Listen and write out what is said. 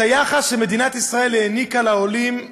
את היחס שמדינת ישראל העניקה לעולים ברווחה,